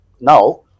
now